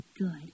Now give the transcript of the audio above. good